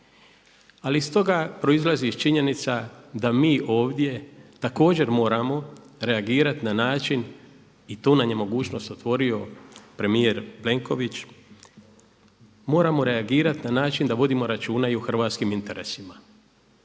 ali iz toga proizlazi činjenica da mi ovdje također moramo reagirati na način i tu nam je mogućnost otvorio premijer Plenković, moramo reagirati na način da vodimo računa i o hrvatskim interesima.